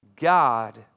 God